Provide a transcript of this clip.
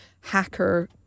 hacker